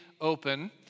open